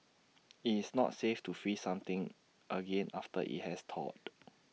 IT is not safe to freeze something again after IT has thawed